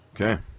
Okay